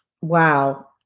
wow